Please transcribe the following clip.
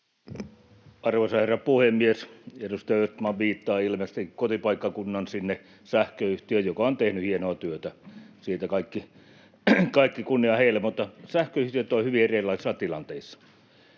Arvoisa herra puhemies! Edustaja Östman viittaa ilmeisesti kotipaikkakuntansa sähköyhtiöön, joka on tehnyt hienoa työtä. Siitä kaikki kunnia heille, mutta sähköyhtiöt ovat hyvin erilaisissa tilanteissa.